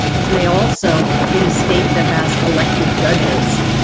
which may also in a state that has elected judges,